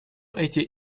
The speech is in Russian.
эти